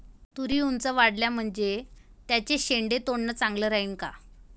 तुरी ऊंच वाढल्या म्हनजे त्याचे शेंडे तोडनं चांगलं राहीन का?